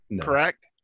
correct